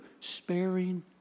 sparing